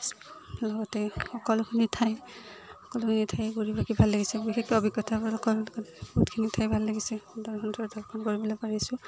লগতে সকলোখিনি ঠাই সকলোখিনি ঠাই ঘূৰি পাকি ভাল লাগিছে বিশেষকৈ অভিজ্ঞতাবোৰ বহুতখিনি ঠাই ভাল লাগিছে সুন্দৰ সুন্দৰ দৰ্শন কৰিব পাৰিছোঁ